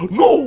no